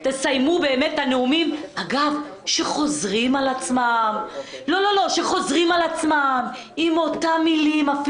תסיימו את הנאומים שחוזרים על עצמם אפילו עם אותן מילים.